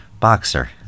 boxer